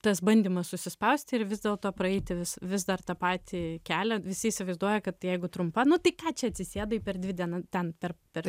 tas bandymas susispausti ir vis dėlto praeiti vis vis dar tą patį kelią visi įsivaizduoja kad jeigu trumpa nu tai ką čia atsisėdai per dvi dien ten tarp per